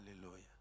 Hallelujah